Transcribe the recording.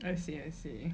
I see I see